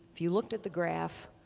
if you looked at the graph,